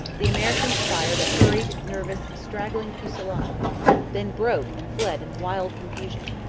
the americans fired a hurried, nervous, straggling fusillade then broke and fled in wild confusion.